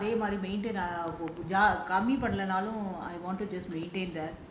அது வந்து அதே மாரி கம்மி பன்லனாளும்:athu vanthu athae maari kammi panlanaalum